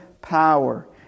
power